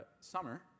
summer